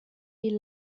die